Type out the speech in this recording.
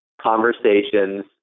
conversations